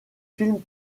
films